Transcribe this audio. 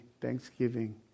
thanksgiving